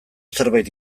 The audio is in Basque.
zerbait